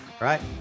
right